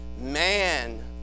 man